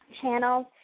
channels